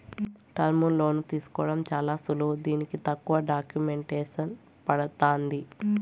టర్ములోన్లు తీసుకోవడం చాలా సులువు దీనికి తక్కువ డాక్యుమెంటేసన్ పడతాంది